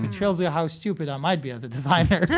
which shows you how stupid i might be as a designer.